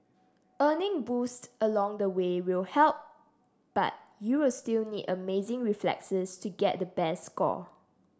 earning boosts along the way will help but you'll still need amazing reflexes to get the best score